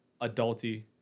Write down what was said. adulty